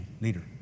leader